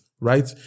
right